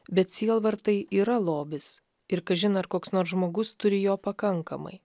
bet sielvartai yra lobis ir kažin ar koks nors žmogus turi jo pakankamai